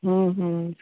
हूँ हूँ